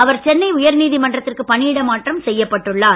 அவர் சென்னை உயர்நீதிமன்றத்திற்கு பணியிட மாற்றம் செய்யப்பட்டுள்ளார்